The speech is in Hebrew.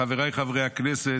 חבריי חברי הכנסת,